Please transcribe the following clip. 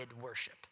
worship